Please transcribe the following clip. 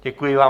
Děkuji vám.